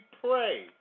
pray